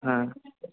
हा